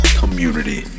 community